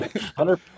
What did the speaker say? hundred